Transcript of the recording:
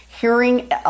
hearing